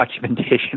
documentation